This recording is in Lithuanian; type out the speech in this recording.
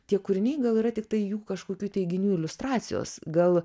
tie kūriniai gal yra tiktai jų kažkokių teiginių iliustracijos gal